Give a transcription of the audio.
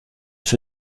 für